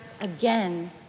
again